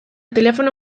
telefono